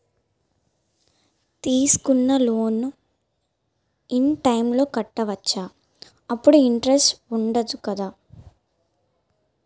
తీసుకున్న loan in time లో కట్టవచ్చ? అప్పుడు ఇంటరెస్ట్ వుందదు కదా?